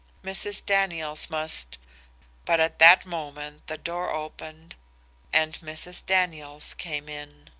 mrs. daniels must but at that moment the door opened and mrs. daniels came in.